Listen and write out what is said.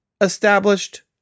established